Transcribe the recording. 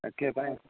তাকে পায়